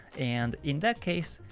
and in that case,